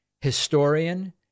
historian